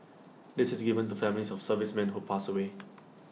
this is given to families of servicemen who pass away